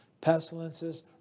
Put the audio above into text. pestilences